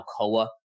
Alcoa